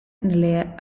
nelle